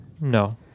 No